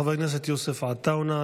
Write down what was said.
חבר הכנסת יוסף עטאונה.